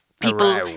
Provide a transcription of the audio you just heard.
People